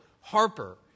Harper